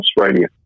Australia